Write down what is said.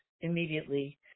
immediately